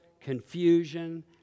confusion